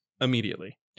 immediately